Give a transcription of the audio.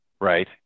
right